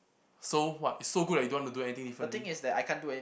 so what it's so good that you don't want to do anything differently